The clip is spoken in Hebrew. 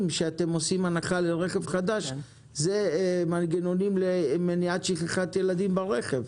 שאתם עושים הנחה לרכב חדש זה מנגנונים למניעת שכחת ילדים ברכב.